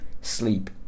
sleep